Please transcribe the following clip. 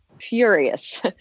furious